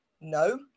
no